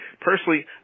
Personally